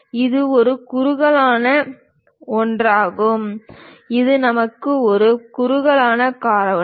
இது ஒரு குறுகலான ஒன்றாகும் இது நமக்கு ஒரு குறுகலான காரணம்